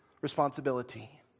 responsibility